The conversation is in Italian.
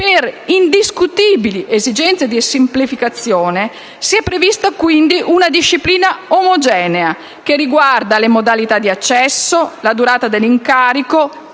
Per indiscutibili esigenze di semplificazione si è prevista quindi una disciplina omogenea che riguarda: le modalità di accesso; la durata dell'incarico,